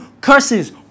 curses